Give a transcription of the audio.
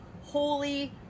holy